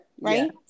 right